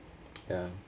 ya